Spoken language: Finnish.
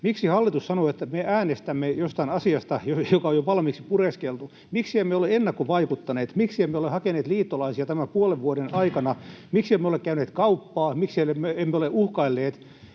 Miksi hallitus sanoo, että me äänestämme jostain asiasta, joka on jo valmiiksi pureskeltu? Miksi emme ole ennakkovaikuttaneet? Miksi emme ole hakeneet liittolaisia tämän puolen vuoden aikana? Miksi emme ole käyneet kauppaa? Miksi emme ole uhkailleet